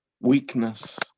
Weakness